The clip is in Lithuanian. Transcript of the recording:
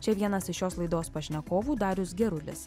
čia vienas iš šios laidos pašnekovų darius gerulis